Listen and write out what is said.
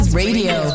radio